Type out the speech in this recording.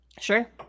Sure